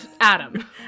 Adam